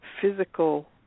physical